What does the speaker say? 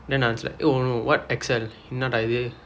then I was oh no what excel என்னடா இது:ennadaa ithu